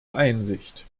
einsicht